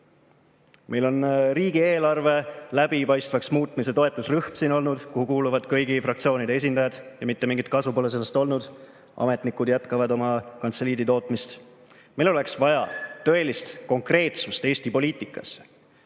siin olnud riigieelarve läbipaistvaks muutmise toetusrühm, kuhu kuuluvad kõigi fraktsioonide esindajad. Aga mitte mingit kasu pole sellest olnud. Ametnikud jätkavad oma kantseliidi tootmist. Meil oleks vaja tõelist konkreetsust Eesti poliitikas,